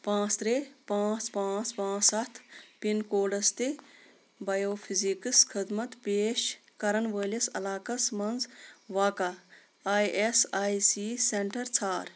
پانٛژھ ترٛےٚ پانٛژھ پانٛژھ پانٛژھ سَتھ پِن کوڈس تہِ بایو فِزِکس خدمت پیش کرن وٲلِس علاقس مَنٛز واقع I S I C centre ژھانڑ